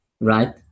Right